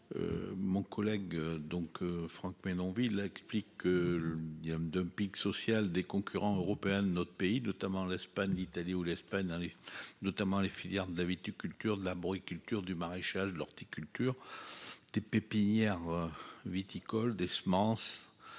concernés. Dans un contexte de dumping social des concurrents européens de notre pays, notamment l'Espagne, l'Italie ou l'Allemagne, dans les filières de la viticulture, de l'arboriculture, du maraîchage, de l'horticulture, des pépinières viticoles, des semences